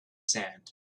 sand